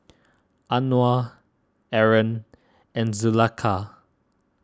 Anuar Aaron and Zulaikha